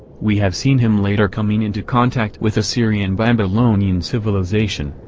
we have seen him later coming into contact with assyrianbabylonian civilization,